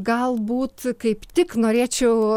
galbūt kaip tik norėčiau